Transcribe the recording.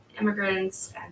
immigrants